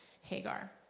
Hagar